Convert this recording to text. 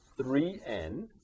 3n